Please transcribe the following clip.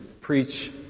preach